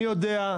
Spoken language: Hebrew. אני יודע,